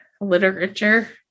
literature